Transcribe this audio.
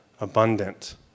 abundant